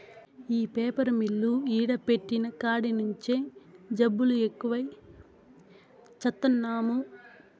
ఈ paper mill ఈడ పెట్టిన కాడి నుంచే జబ్బులు ఎక్కువై చత్తన్నాము